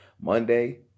Monday